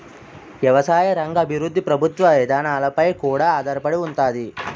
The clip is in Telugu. ఎవసాయ రంగ అభివృద్ధి ప్రభుత్వ ఇదానాలపై కూడా ఆధారపడి ఉంతాది